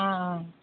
অঁ অঁ